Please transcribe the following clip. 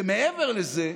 ומעבר לזה,